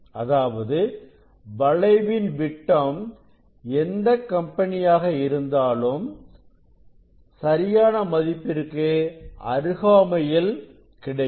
அதாவது வளைவின் விட்டம் எந்த கம்பெனியாக இருந்தாலும் சரியான மதிப்பிற்கு அருகாமையில் கிடைக்கும்